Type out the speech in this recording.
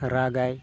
ᱨᱟᱜᱽᱼᱟᱭ